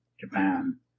Japan